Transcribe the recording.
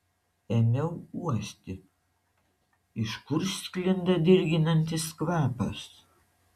ėmiau uosti iš kur sklinda dirginantis kvapas